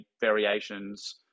variations